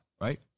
right